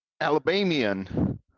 alabamian